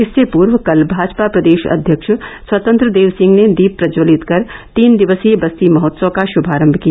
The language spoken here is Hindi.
इससे पूर्व कल भाजपा प्रदेश अध्यक्ष स्वतंत्र देव सिंह ने दीप प्रज्ज्वलित कर तीन दिवसीय बस्ती महोत्सव का श्मारंभ किया